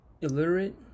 illiterate